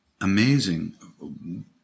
amazing